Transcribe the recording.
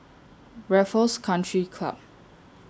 Raffles Country Club